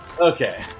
okay